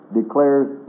declares